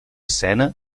escena